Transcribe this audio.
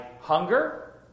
hunger